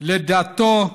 לדתו,